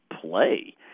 play